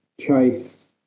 chase